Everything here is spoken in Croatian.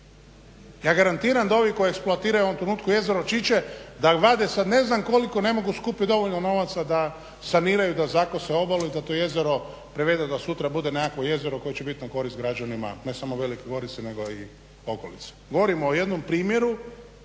Ja garantiram da ovi koji eksploatiraju u ovom trenutku jezero Čiče da vade sa ne znam koliko ne mogu skupiti dovoljno novaca da saniraju, da zakose obalu i da to jezero prevedeno sutra bude nekakvo jezero koje će biti na korist građanima ne samo Velike Gorice nego i okolice. Govorim o jednom primjeru